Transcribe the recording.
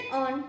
on